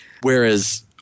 Whereas